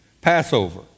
Passover